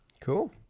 Cool